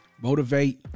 motivate